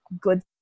good